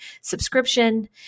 subscription